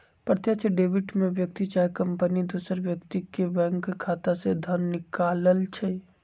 प्रत्यक्ष डेबिट में व्यक्ति चाहे कंपनी दोसर व्यक्ति के बैंक खता से धन निकालइ छै